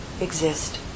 exist